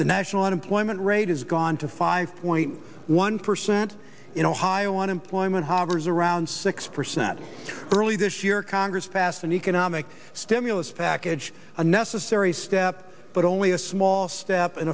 the national unemployment rate has gone to five point one percent in ohio unemployment hoggers around six percent early this year congress passed an economic stimulus package a necessary step but only a small step in